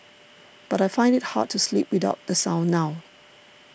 but I find it hard to sleep without the sound now